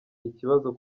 ikibazo